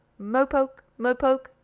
mo-poke! mo-poke!